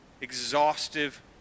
exhaustive